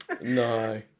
No